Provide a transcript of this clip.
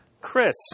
Chris